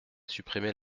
supprimé